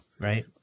right